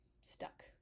stuck